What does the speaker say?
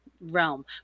realm